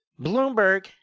Bloomberg